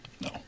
No